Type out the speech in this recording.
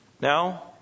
now